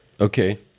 okay